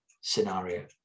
scenario